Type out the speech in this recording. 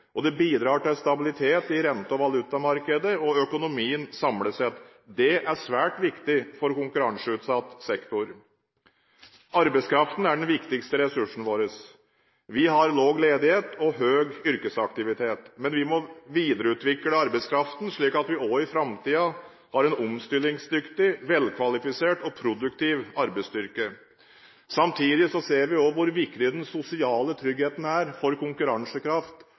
Det bidrar til stabilitet i rente- og valutamarkedet og økonomien samlet sett. Det er svært viktig for konkurranseutsatt sektor. Arbeidskraften er den viktigste ressursen vår. Vi har lav ledighet og høy yrkesaktivitet. Vi må videreutvikle arbeidskraften, slik at vi også i framtiden har en omstillingsdyktig, velkvalifisert og produktiv arbeidsstyrke. Samtidig ser vi også hvor viktig den sosiale tryggheten er for konkurransekraft,